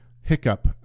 hiccup